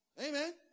Amen